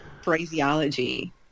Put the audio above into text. Phraseology